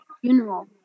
funeral